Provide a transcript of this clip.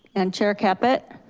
and chair caput?